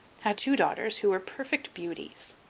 had two daughters who were perfect beauties.